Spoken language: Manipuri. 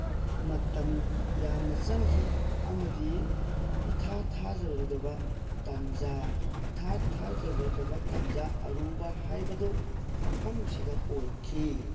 ꯃꯇꯝ ꯌꯥꯝꯅ ꯆꯪꯈꯤ ꯑꯃꯗꯤ ꯏꯊꯥ ꯊꯥꯖꯔꯨꯗꯕ ꯇꯟꯖꯥ ꯏꯊꯥ ꯊꯥꯖꯔꯨꯗꯕ ꯇꯟꯖꯥ ꯑꯔꯨꯕ ꯍꯥꯏꯕꯗꯣ ꯃꯐꯝꯁꯤꯗ ꯑꯣꯏꯈꯤ